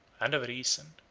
and of reason,